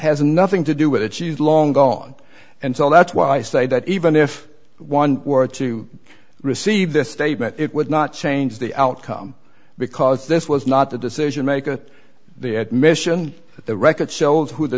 has nothing to do with it she's long gone and so that's why i say that even if one were to receive this statement it would not change the outcome because this was not the decision maker the admission that the record shows who the